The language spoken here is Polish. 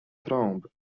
trąb